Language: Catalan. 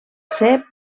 ser